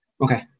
Okay